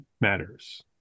Matters